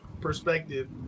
perspective